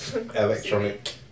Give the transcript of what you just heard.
electronic